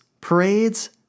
parades